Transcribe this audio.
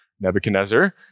Nebuchadnezzar